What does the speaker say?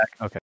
Okay